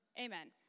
Amen